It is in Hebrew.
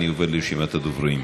אני עובר לרשימת הדוברים.